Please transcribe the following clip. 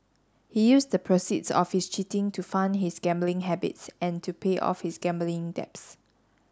he used the proceeds of his cheating to fund his gambling habits and to pay off his gambling debts